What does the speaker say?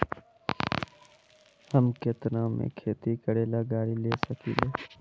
हम केतना में खेती करेला गाड़ी ले सकींले?